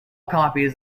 copies